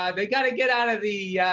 um they got to get out of the yeah